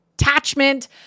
attachment